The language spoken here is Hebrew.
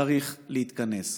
צריך להתכנס.